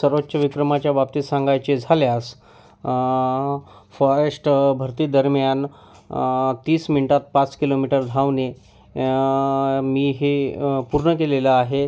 सर्वोच्च विक्रमाच्या बाबतीत सांगायचे झाल्यास फॉरेस्ट भरतीदरम्यान तीस मिन्टात पाच किलोमीटर धावणे मी हे पूर्ण केलेलं आहे